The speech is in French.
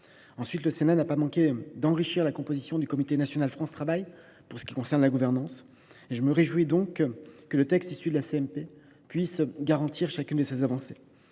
Ensuite, le Sénat n’a pas manqué d’enrichir la composition du comité national France Travail pour ce qui concerne la gouvernance. Je me félicite que le texte issu de la commission mixte paritaire puisse garantir chacune de ces avancées,